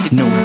no